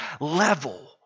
level